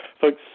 folks